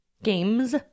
games